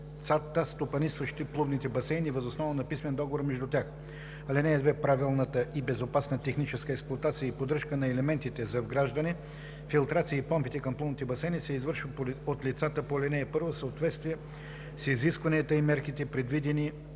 лицата, стопанисващи плувните басейни въз основа на писмен договор между тях. (2) Правилната и безопасна техническа експлоатация и поддръжка на елементите за вграждане, филтрацията и помпите към плувните басейни се извършва от лицата по ал. 1 в съответствие с изискванията и мерките, предвидени